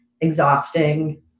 exhausting